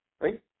right